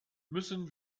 müssen